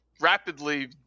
rapidly